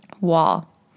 wall